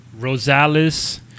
Rosales